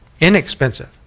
inexpensive